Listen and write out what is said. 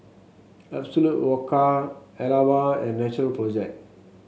Absolut Vodka Alba and Natural Project